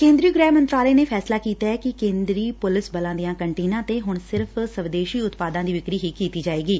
ਕੇ ਂਦਰੀ ਗ੍ਰਹਿ ਮੰਤਰਾਲੇ ਨੇ ਫੈਸਲਾ ਕੀਤੈ ਕਿ ਕੇ ਂਦਰੀ ਪੁਲਿਸ ਬਲਾਂ ਦੀਆਂ ਕੰਟੀਨਾਂ ਤੇ ਹੁਣ ਸਿਰਫ਼ ਸਵਦੇਸ਼ੀ ਉਤਪਾਦਾ ਦੀ ਵਿਕਰੀ ਹੀ ਕੀਤੀ ਜਾਏਗੀ